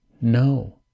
no